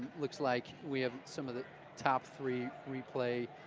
looks like we have some of the top three replay